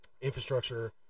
infrastructure